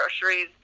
groceries